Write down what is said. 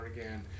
again